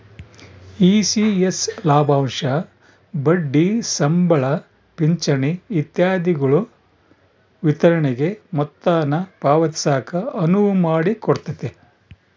ECS ಲಾಭಾಂಶ ಬಡ್ಡಿ ಸಂಬಳ ಪಿಂಚಣಿ ಇತ್ಯಾದಿಗುಳ ವಿತರಣೆಗೆ ಮೊತ್ತಾನ ಪಾವತಿಸಾಕ ಅನುವು ಮಾಡಿಕೊಡ್ತತೆ